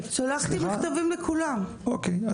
והיא אומרת: אוקיי,